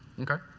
okay.